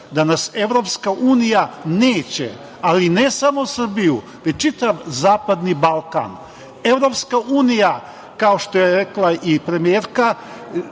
da nas EU neće, ali ne samo Srbiju, već čitav Zapadni Balkan. Evropska unija, kao što je rekla i premijerka,